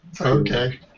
okay